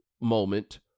moment